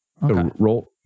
Roll